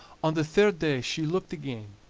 on the third day she looked again,